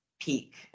peak